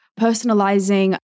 personalizing